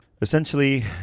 Essentially